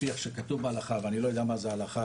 לפי איך שכתוב בהלכה ואני לא יודע מה זה הלכה,